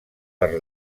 per